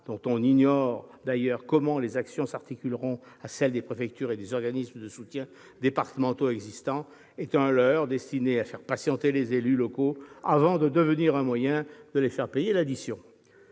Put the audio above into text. dont on ignore d'ailleurs comment les actions s'articuleront avec celle des préfectures et des organismes de soutien départementaux existants, est un leurre destiné à faire patienter les élus locaux, avant de devenir un moyen de leur faire payer l'addition